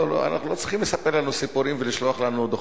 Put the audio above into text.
לא צריכים לספר לנו סיפורים ולשלוח לנו דוחות.